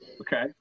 Okay